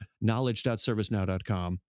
Knowledge.servicenow.com